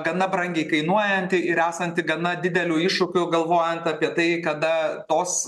gana brangiai kainuojanti ir esanti gana dideliu iššūkiu galvojant apie tai kada tos